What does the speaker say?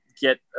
get